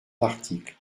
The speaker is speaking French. l’article